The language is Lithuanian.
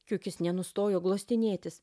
kriukis nenustojo glostinėtis